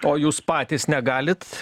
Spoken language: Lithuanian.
o jūs patys negalit